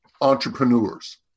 entrepreneurs